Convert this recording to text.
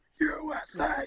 USA